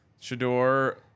Shador